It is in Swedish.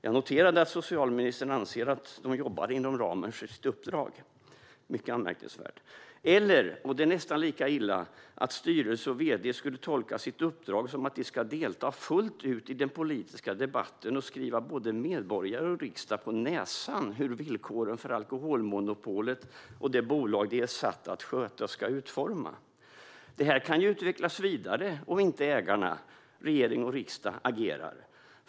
Jag noterade att socialministern anser att de jobbar inom ramen för sitt uppdrag. Det är mycket anmärkningsvärt. Ytterligare ett annat upplägg vore, och det är nästan lika illa, att styrelse och vd skulle tolka sitt uppdrag som att de ska delta fullt ut i den politiska debatten och skriva både medborgare och riksdag på näsan när det gäller hur villkoren för alkoholmonopolet och det bolag de är satta att sköta ska utformas. Det här kan utvecklas vidare om inte ägarna, regering och riksdag, agerar.